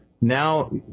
now